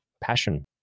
passion